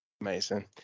Amazing